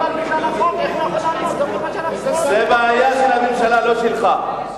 זה בעיה של הממשלה, לא שלך.